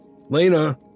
Lena